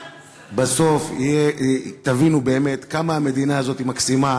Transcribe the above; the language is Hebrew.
בסוף תבינו באמת כמה המדינה הזאת מקסימה